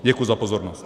Děkuji za pozornost.